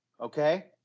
Okay